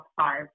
five